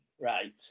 Right